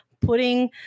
putting